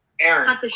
Aaron